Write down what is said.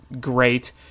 great